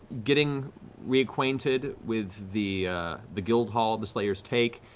getting reacquainted with the the guild hall of the slayer's take,